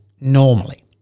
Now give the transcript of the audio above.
Normally